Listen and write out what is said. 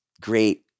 great –